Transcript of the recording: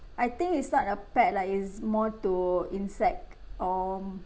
I think it's not a pet lah it's more to insect or